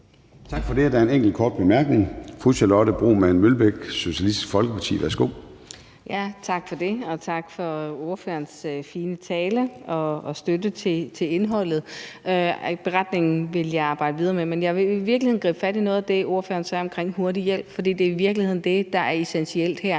Tak for det. Der er en kort bemærkning fra fru Charlotte Broman Mølbæk, Socialistisk Folkeparti. Værsgo. Kl. 13:41 Charlotte Broman Mølbæk (SF): Tak for det. Og tak for ordførerens fine tale og støtte til indholdet. Beretningen vil jeg arbejde videre med, men jeg vil gribe fat i noget af det, ordføreren sagde omkring hurtig hjælp, for det er i virkeligheden det, der er essentielt her